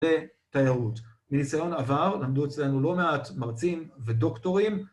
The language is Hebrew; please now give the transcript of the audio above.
לתיירות. מניסיון עבר למדו אצלנו לא מעט מרצים ודוקטורים